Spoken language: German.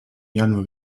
januar